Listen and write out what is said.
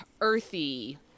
earthy